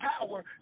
power